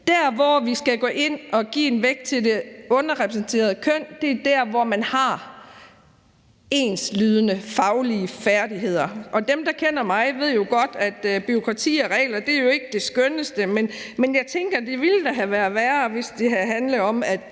Der, hvor vi skal gå ind at give vægt til det underrepræsenterede køn, er der, hvor man har enslydende faglige færdigheder. Og dem, der kender mig, ved jo godt, at bureaukrati og regler ikke er det skønneste, jeg ved. Men jeg tænker, at det da ville have været værre, hvis det havde handlet om, at